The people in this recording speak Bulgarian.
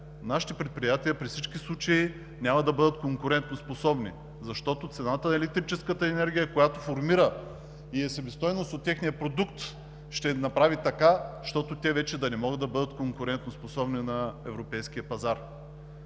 нашите предприятия? Те при всички случаи няма да бъдат конкурентоспособни, защото цената на електрическата енергия формира и е в себестойността от техния продукт, ще направи така, щото те вече да не могат да бъдат конкурентоспособни на европейския пазар.